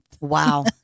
Wow